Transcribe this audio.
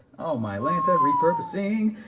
oh my lanta repurposing,